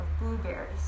blueberries